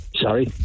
Sorry